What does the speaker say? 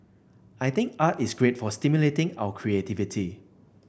I think art is great for stimulating our creativity